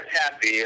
happy